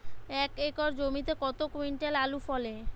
এক একর জমিতে কত কুইন্টাল আলু ফলে?